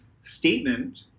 statement